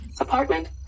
Apartment